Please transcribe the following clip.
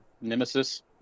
nemesis